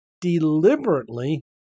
deliberately